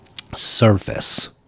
surface